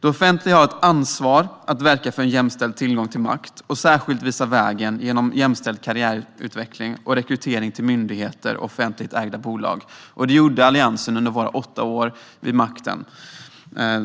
Det offentliga har ett ansvar att verka för en jämställd tillgång till makt och att särskilt visa vägen genom jämställd karriärutveckling och rekrytering till myndigheter och offentligt ägda bolag. Det gjorde Alliansen under våra åtta år vid makten,